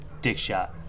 Dickshot